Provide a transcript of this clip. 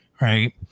right